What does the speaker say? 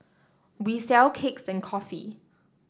we sell cakes and coffee